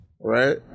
right